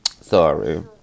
Sorry